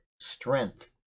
strength